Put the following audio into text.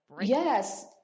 Yes